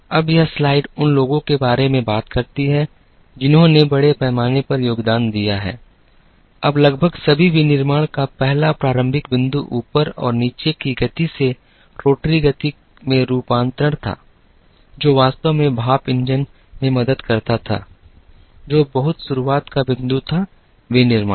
अब यह स्लाइड उन लोगों के बारे में बात करती है जिन्होंने बड़े पैमाने पर योगदान दिया है अब लगभग सभी विनिर्माण का पहला प्रारंभिक बिंदु ऊपर और नीचे की गति से रोटरी गति में रूपांतरण था जो वास्तव में भाप इंजन में मदद करता था जो बहुत शुरुआत का बिंदु था विनिर्माण की